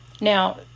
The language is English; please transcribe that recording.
Now